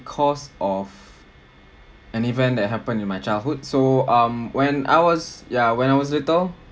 because of an event that happened in my childhood so um when I was ya when I was little